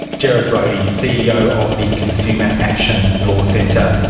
gerard brady, ceo of the consumer action law centre.